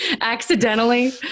accidentally